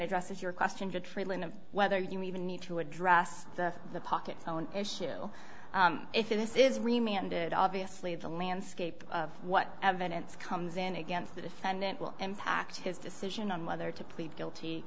addresses your question of whether you even need to address the pocket so an issue if this is remain ended obviously the landscape of what evidence comes in against the defendant will impact his decision on whether to plead guilty